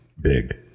big